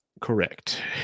correct